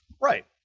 right